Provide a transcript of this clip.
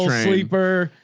sleeper.